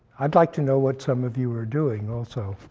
i'd like to know what some of you are doing, also.